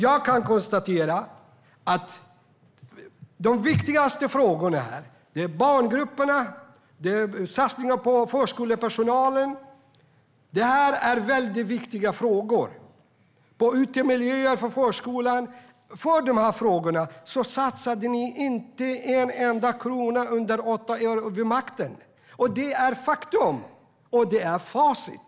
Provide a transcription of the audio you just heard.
Jag kan konstatera att de viktigaste frågorna här är barngrupperna, satsningen på förskolepersonalen och förskolornas utemiljöer. Det är väldigt viktiga frågor. Ni satsade inte en enda krona på dem under era åtta år vid makten. Det är ett faktum, och det är facit.